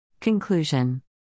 Conclusion